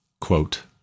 Quote